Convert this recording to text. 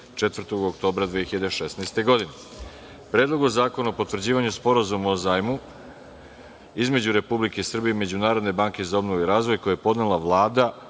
4. oktobra 2016. godine; Predlogu zakona o potvrđivanju sporazuma o zajmu između Republike Srbije i Međunarodne banke za obnovu i razvoj, koji je podnela Vlada